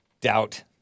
doubt